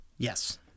Yes